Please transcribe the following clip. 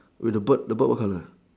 with the bird the bird what colour